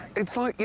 it's like, you